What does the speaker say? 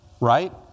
right